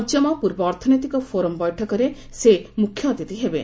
ପଞ୍ଚମ ପୂର୍ବ ଅର୍ଥନୈତିକ ଫୋରମ୍ ବୈଠକରେ ସେ ମୁଖ୍ୟ ଅତିଥି ହେବେ